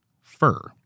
fur